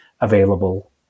available